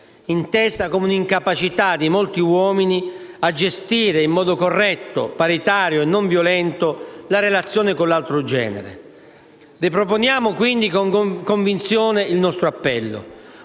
intesa come un'incapacità di molti uomini a gestire in modo corretto, paritario e non violento la relazione con l'altro genere. Riproponiamo quindi con convinzione il nostro appello.